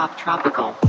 tropical